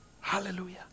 Hallelujah